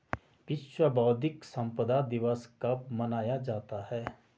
विश्व बौद्धिक संपदा दिवस कब मनाया जाता है?